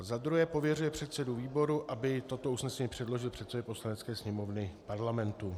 Za druhé pověřuje předsedu výboru, aby toto usnesení předložil předsedovi Poslanecké sněmovny parlamentu.